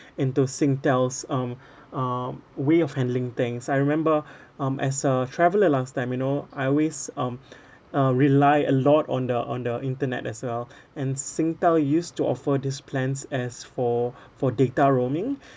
into Singtel's um uh way of handling things I remember um as a traveller last time you know I always um uh relied a lot on the on the internet as well and Singtel used to offer these plans as for for data roaming